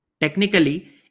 Technically